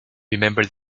remember